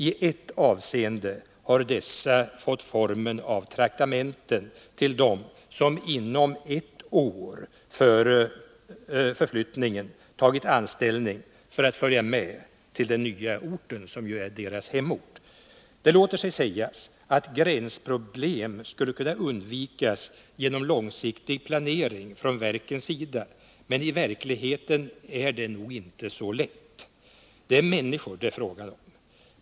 I ett avseende har dessa stödåtgärder fått formen av traktamente till dem som inom ett år före förflyttningen tagit anställning för att följa med till den nya orten, som är deras hemort. Det låter sig sägas att gränsproblem skulle kunna undvikas genom långsiktig planering från verkens sida, men i verkligheten är det nog inte så lätt — det är människor det är fråga om.